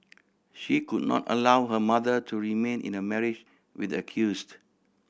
she could not allow her mother to remain in a marriage with the accused